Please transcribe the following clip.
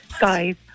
guys